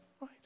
right